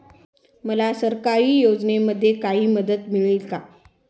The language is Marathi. मला सरकारी योजनेमध्ये काही मदत मिळेल का?